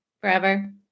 forever